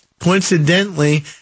Coincidentally